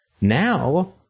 Now